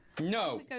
No